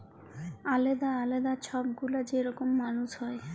আলেদা আলেদা ছব গুলা যে রকম মালুস হ্যয়